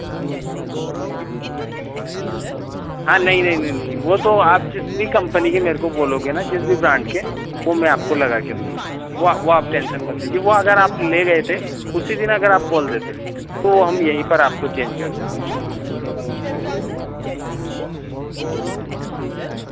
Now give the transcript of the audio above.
हाँ नहीं नहीं नहीं नहीं वह तो आप जिस भी कंपनी की मेरेको बोलोगे ना जिस भी ब्रांड के वह में आपको लगाके दूँगा वह वह आप टेंशन मत लीजिए वह अगर आप ले गए थे उसी दिन अगर आप बोल देते तो हम यहीं पर आपको चेंज कर दे